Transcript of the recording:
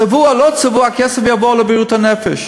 צבוע או לא צבוע, הכסף יעבור לבריאות הנפש.